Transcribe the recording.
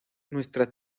nuestra